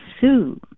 sue